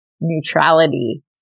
neutrality